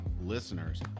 listeners